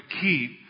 keep